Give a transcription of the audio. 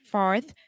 Fourth